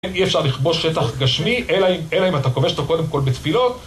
אי אפשר לכבוש שטח גשמי, אלא אם אתה כובש אותו קודם כל בתפילות.